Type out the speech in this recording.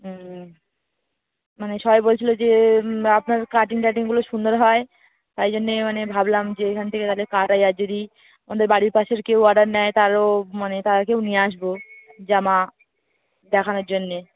হম মানে সবাই বলছিলো যে আপনার কাটিং টাটিংগুলো সুন্দর হয় তাই জন্যে মানে ভাবলাম যে এখান থেকে তহলে কারাই আর যদি আমাদের বাড়ির পাশের কেউ অর্ডার নেয় তারও মানে তারকেও নিয়ে আসবো জামা দেখানোর জন্যে